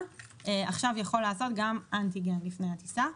עכשיו יכול לעשות גם אנטיגן לפני הטיסה.